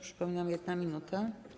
Przypominam - 1 minuta.